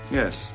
yes